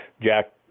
Jack